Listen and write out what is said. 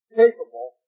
capable